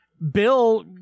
bill